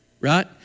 right